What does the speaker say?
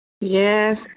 Yes